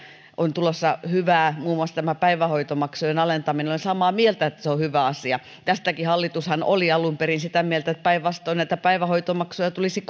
on tulossa hyvää muun muassa tämä päivähoitomaksujen alentaminen olen samaa mieltä että se on hyvä asia tästäkin hallitushan oli alun perin sitä mieltä että päinvastoin näitä päivähoitomaksuja tulisi